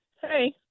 hey